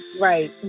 right